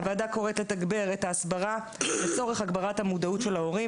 הוועדה קוראת לתגבר את ההסברה לצורך הגברת המודעות של ההורים.